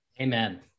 Amen